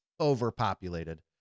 overpopulated